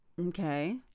Okay